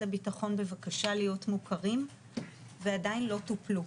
הביטחון בבקשה להיות מוכרים ועדיין לא טופלו.